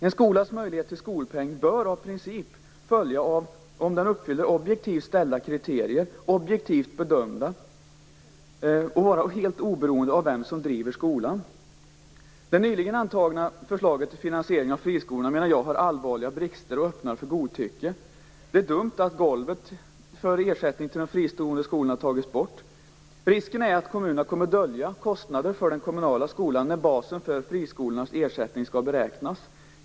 En skolas möjlighet till att erhålla skolpeng bör av princip följa av om den uppfyller objektivt ställda kriterier och uppfyller en objektiv bedömning. Vidare skall den vara oberoende av dess huvudman. Det nyligen antagna förslaget till finansiering av friskolorna har allvarliga brister och öppnar för godtycke. Det är dumt att "golvet" för ersättningen till de fristående skolorna har tagits bort. Risken är att kommunerna kommer att dölja kostnader för den kommunala skolan, när basen för ersättningen till friskolorna skall beräknas.